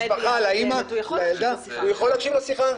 הוא יכול להקשיב לשיחה למשפחה,